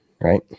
right